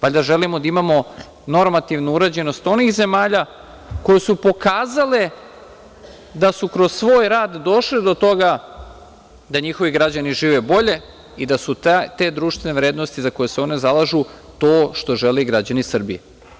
Valjda želimo da imamo normativnu uređenost onih zemalja koje su pokazale da su kroz svoj rad došle do toga da njihovi građani žive bolje i da su te društvene vrednosti za koje se oni zalažu to što žele i građani Srbije.